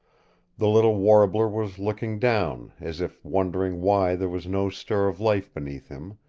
the little warbler was looking down, as if wondering why there was no stir of life beneath him,